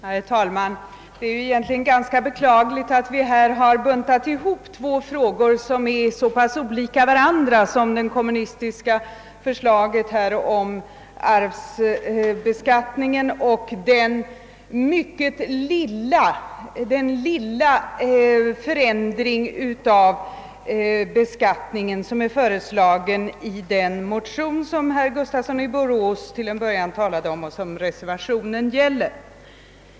Herr talman! Det är egentligen beklagligt att vi här har buntat ihop två frågor som är så pass olika varandra som det kommunistiska förslaget om skärpt arvsbeskattning och den lilla ändring av beskattningsreglerna som är föreslagen i den motion som herr Gustafsson i Borås till en början talade om och som reservationen gäller.